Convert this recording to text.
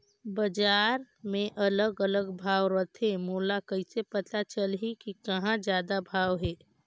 बजार मे अलग अलग भाव रथे, मोला कइसे पता चलही कि कहां जादा भाव हे?